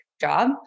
job